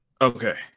Okay